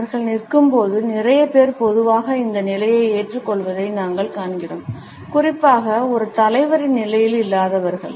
அவர்கள் நிற்கும்போது நிறைய பேர் பொதுவாக இந்த நிலையை ஏற்றுக்கொள்வதை நாங்கள் காண்கிறோம் குறிப்பாக ஒரு தலைவரின் நிலையில் இல்லாதவர்கள்